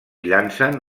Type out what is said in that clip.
llancen